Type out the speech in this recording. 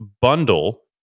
bundle